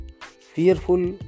fearful